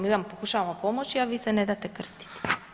Mi vam pokušavamo pomoći, a vi se ne date krstiti.